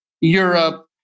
Europe